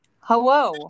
hello